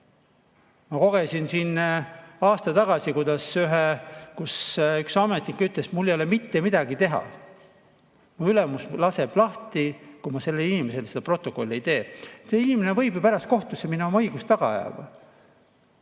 Ma kogesin aasta tagasi sedasi, kui üks ametnik ütles, et tal ei ole mitte midagi teha, ülemus laseb ta lahti, kui ta sellele inimesele seda protokolli ei tee. See inimene võib ju pärast kohtusse minna oma õigust taga ajama.